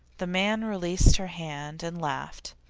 the man released her hand and laughed.